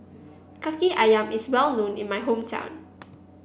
Kaki ayam is well known in my hometown